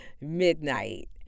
midnight